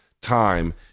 time